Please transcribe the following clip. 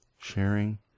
sharing